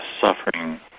suffering